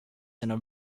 and